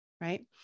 right